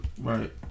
Right